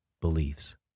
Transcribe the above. beliefs